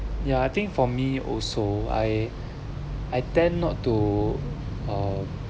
ya I think for me also I I tend not to uh